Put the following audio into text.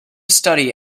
study